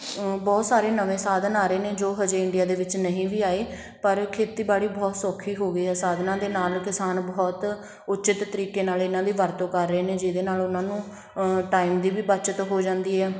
ਬਹੁਤ ਸਾਰੇ ਨਵੇਂ ਸਾਧਨ ਆ ਰਹੇ ਨੇ ਜੋ ਅਜੇ ਇੰਡੀਆ ਦੇ ਵਿੱਚ ਨਹੀਂ ਵੀ ਆਏ ਪਰ ਖੇਤੀਬਾੜੀ ਬਹੁਤ ਸੌਖੀ ਹੋ ਗਈ ਆ ਸਾਧਨਾਂ ਦੇ ਨਾਲ ਕਿਸਾਨ ਬਹੁਤ ਉੱਚਿਤ ਤਰੀਕੇ ਨਾਲ ਇਹਨਾਂ ਦੀ ਵਰਤੋਂ ਕਰ ਰਹੇ ਨੇ ਜਿਹਦੇ ਨਾਲ ਉਹਨਾਂ ਨੂੰ ਟਾਈਮ ਦੀ ਵੀ ਬੱਚਤ ਹੋ ਜਾਂਦੀ ਹੈ